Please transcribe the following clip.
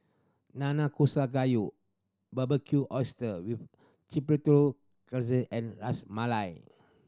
Nanakusa Gayu Barbecue Oyster with Chipotle and Ras Malai